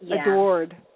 Adored